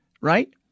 right